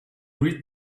read